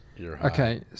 Okay